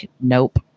Nope